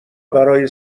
برای